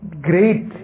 great